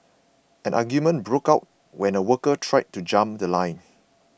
an argument broke out when a worker tried to jump The Line